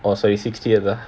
orh sorry sixtieth ah